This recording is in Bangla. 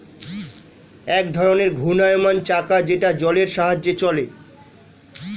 এক ধরনের ঘূর্ণায়মান চাকা যেটা জলের সাহায্যে চলে